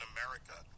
America